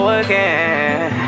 again